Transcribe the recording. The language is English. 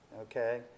okay